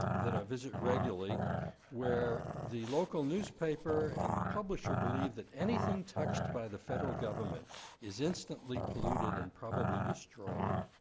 that i visit regularly where the local newspaper and the publisher believe that anything touched by the federal government is instantly polluted and probably destroyed.